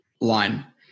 line